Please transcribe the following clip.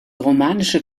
romanische